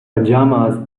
pajamas